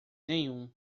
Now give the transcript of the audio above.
nenhum